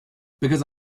because